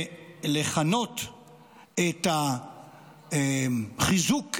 לכנות את החיזוק,